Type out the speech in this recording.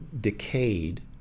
decayed